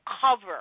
cover